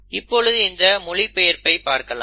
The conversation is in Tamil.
இப்பொழுது இதன் மொழிபெயர்ப்பை பார்க்கலாம்